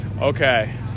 Okay